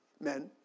men